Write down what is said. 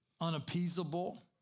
unappeasable